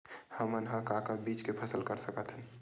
हमन ह का का बीज के फसल कर सकत हन?